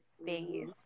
space